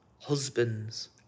husbands